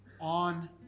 on